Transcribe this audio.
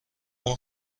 اون